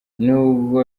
nubwo